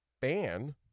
ban